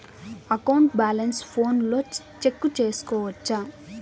account balance ఫోనులో check సేసుకోవచ్చా